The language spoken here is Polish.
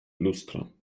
lustro